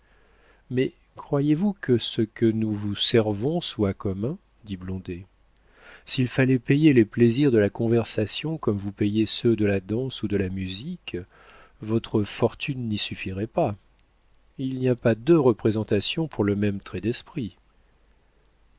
mais croyez-vous que ce que nous vous servons soit commun dit blondet s'il fallait payer les plaisirs de la conversation comme vous payez ceux de la danse ou de la musique votre fortune n'y suffirait pas il n'y a pas deux représentations pour le même trait d'esprit